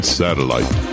satellite